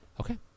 Okay